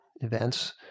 events